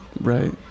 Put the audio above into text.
right